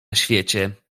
świecie